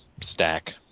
stack